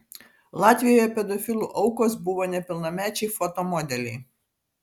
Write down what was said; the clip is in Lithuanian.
latvijoje pedofilų aukos buvo nepilnamečiai foto modeliai